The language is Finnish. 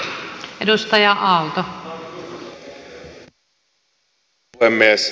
arvoisa rouva puhemies